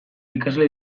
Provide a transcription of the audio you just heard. ikasle